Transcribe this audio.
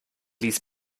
ließ